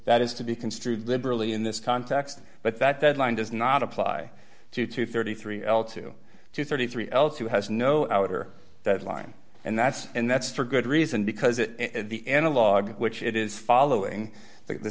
that is to be construed liberally in this context but that deadline does not apply to two hundred and thirty three l two to thirty three else who has no outer that line and that's and that's for good reason because it the analog which it is following the